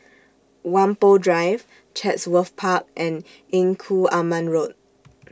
Whampoa Drive Chatsworth Park and Engku Aman Road